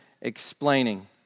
explaining